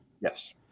Yes